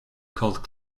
cult